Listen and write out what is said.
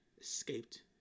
escaped